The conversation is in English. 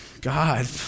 God